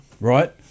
Right